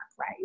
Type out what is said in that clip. Right